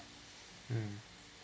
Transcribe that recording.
mm